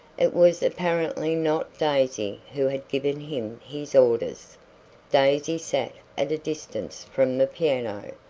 it was apparently not daisy who had given him his orders. daisy sat at a distance from the piano,